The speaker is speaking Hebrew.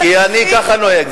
כי אני כך נוהג,